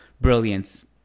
brilliance